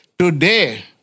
Today